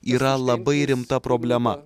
yra labai rimta problema